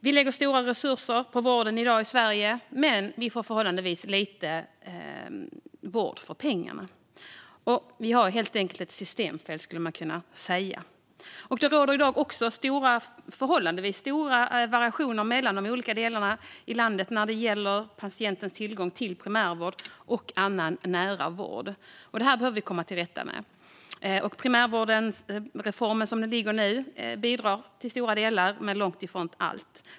Vi lägger stora resurser på vården i dag i Sverige, men vi får förhållandevis lite vård för pengarna. Vi har helt enkelt ett systemfel, skulle man kunna säga. Det råder i dag också förhållandevis stora variationer mellan olika delar av landet när det gäller patientens tillgång till primärvård och annan nära vård. Detta behöver vi komma till rätta med. Denna primärvårdsreform bidrar i stora delar men långt ifrån i allt.